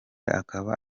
akaba